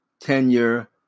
tenure